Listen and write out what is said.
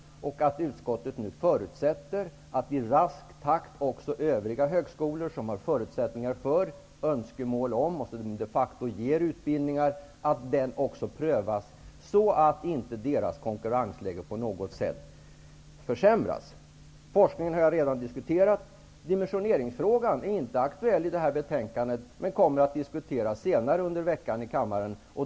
Utskottet förutsätter nu att denna prövning sker i rask takt så att inte konkurrensläget försämras för övriga högskolor som har förutsättningar för och önskemål om, och de facto ger, sådana utbildningar. Forskningen har jag redan diskuterat. Frågan om dimensioneringen är inte aktuell i detta betänkande. Den kommer att diskuteras i kammaren senare under veckan.